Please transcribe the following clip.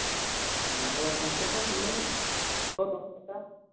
ᱛᱚ ᱚᱱᱟ ᱫᱚ ᱠᱚᱢᱥᱮ ᱠᱚᱢ ᱤᱱᱟᱹ ᱥᱚ ᱫᱚᱥ ᱴᱟᱠᱟ